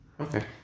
Okay